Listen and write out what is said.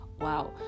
wow